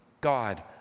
God